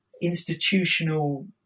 institutional